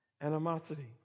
animosity